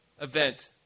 event